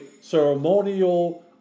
ceremonial